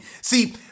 See